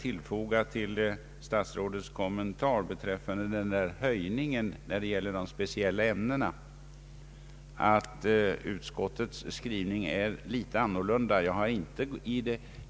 Till statsrådets kommentar beträffande höjning av statsbidraget för speciella ämnen vill jag genmäla att utskottets skrivning är litet annorlunda än propositonens förslag.